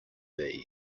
hiv